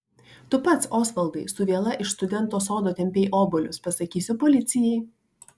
tu pats osvaldai su viela iš studento sodo tempei obuolius pasakysiu policijai